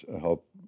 help